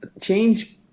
change